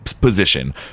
position